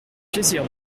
plaisir